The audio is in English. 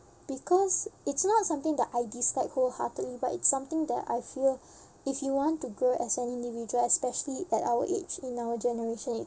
because it's not something that I dislike wholeheartedly but it's something that I feel if you want to grow as an individual especially at our age in our generation